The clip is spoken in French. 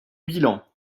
bilan